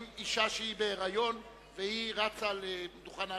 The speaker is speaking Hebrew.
מה קורה עם אשה שהיא בהיריון ורצה לדוכן ההצבעה?